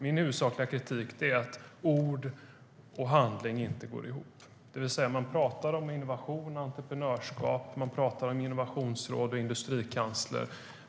Min huvudsakliga kritik är att ord och handling inte går ihop. Man pratar om innovation och entreprenörskap, och man pratar om innovationsråd och industrikansler.